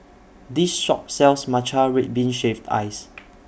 This Shop sells Matcha Red Bean Shaved Ice